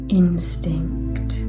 instinct